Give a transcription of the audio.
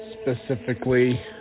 specifically